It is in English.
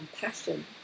passion